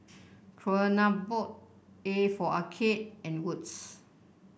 Kronenbourg A for Arcade and Wood's